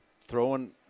throwing